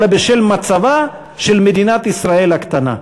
אלא בשל מצבה של מדינת ישראל הקטנה.